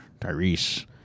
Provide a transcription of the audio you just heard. Tyrese